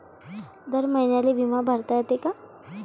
दर महिन्याले बिमा भरता येते का?